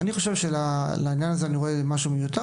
אני רואה בעניין הזה כמשהו מיותר,